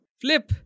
flip